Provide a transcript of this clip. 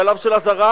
שלב של אזהרה,